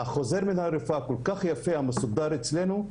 חוזר מנהל הרפואה הוא מאוד יפה ומסודר אצלנו,